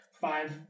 five